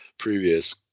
Previous